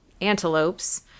Antelopes